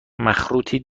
مخروطی